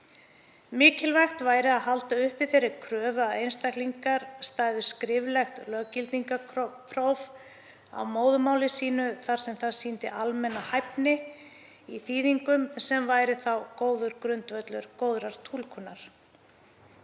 Mikilvægt væri að halda uppi þeirri kröfu að einstaklingar stæðust skriflegt löggildingarpróf á móðurmáli sínu þar sem það sýndi almenna hæfni í þýðingum, sem væri þá góður grundvöllur góðrar túlkunar.